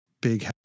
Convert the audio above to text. big